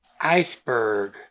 Iceberg